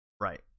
Right